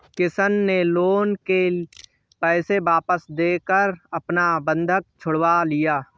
किशन ने लोन के पैसे वापस देकर अपना बंधक छुड़वा लिया